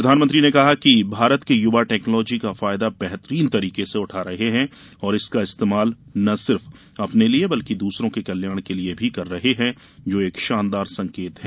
प्रधानमंत्री ने कहा कि भारत के युवा टेक्नॉलोजी का फायदा बेहतरीन तरीके से उठा रहे हैं और इसका इस्तेमाल न सिर्फ अपने लिए बल्कि द्रसरों के कल्याण के लिए भी कर रहे हैं जो एक शानदार संकेत है